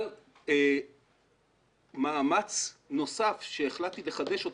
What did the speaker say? אבל מאמץ נוסף שהחלטתי לחדש אותו,